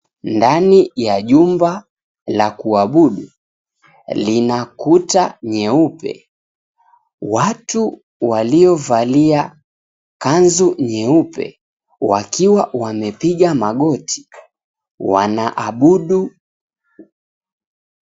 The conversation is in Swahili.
Ndani ya jumba la kuabudu, lina kuta nyeupe. Watu waliovalia kanzu nyeupe wakiwa wamepiga magoti wana abudu.